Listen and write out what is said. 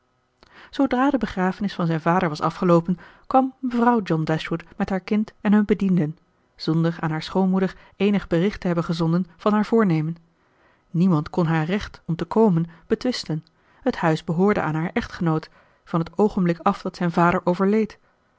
zoodra de begrafenis van zijn vader was afgeloopen kwam mevrouw john dashwood met haar kind en hun bedienden zonder aan haar schoonmoeder eenig bericht te hebben gezonden van haar voornemen niemand kon haar recht om te komen betwisten het huis behoorde aan haar echtgenoot van het oogenblik af dat zijn vader overleed